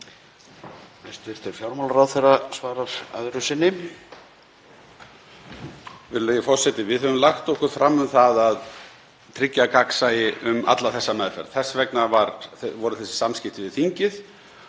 Þess vegna voru þessi samskipti við þingið